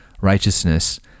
righteousness